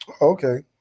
Okay